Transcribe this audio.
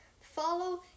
Follow